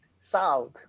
south